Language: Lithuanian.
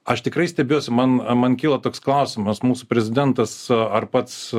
aš tikrai stebiuosi man a man kilo toks klausimas mūsų prezidentas ar pats